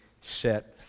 set